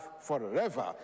forever